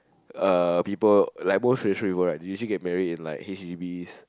uh people like more traditional people they usually get married in like h_d_b